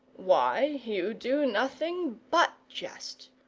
why, you do nothing but jest.